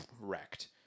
wrecked